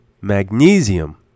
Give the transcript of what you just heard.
magnesium